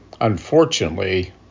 Unfortunately